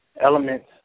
Elements